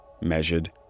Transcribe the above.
measured